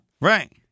Right